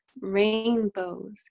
rainbows